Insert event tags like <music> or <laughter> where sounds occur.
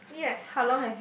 yes <breath>